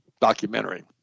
documentary